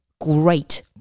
great